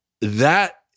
that-